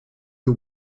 you